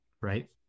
right